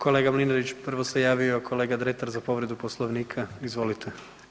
Kolega Mlinarić, prvo se javio kolega Dretar za povredu Poslovnika, izvolite.